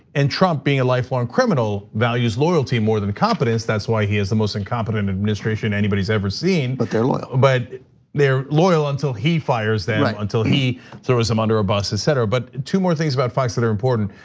and trump being a lifelong criminal values loyalty more than competence. that's why he is the most incompetent administration anybody's ever seen. but they're loyal. but they're loyal until he fires them, like until he throws them under a bus, etc. but two more things about fox that are important.